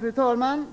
Fru talman!